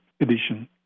edition